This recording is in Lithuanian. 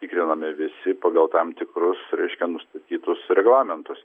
tikrinami visi pagal tam tikrus reiškia nustatytus reglamentus